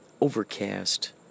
Overcast